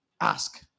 ask